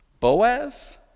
Boaz